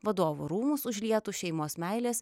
vadovų rūmus užlietų šeimos meilės